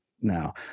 now